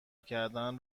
کردن